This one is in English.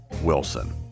Wilson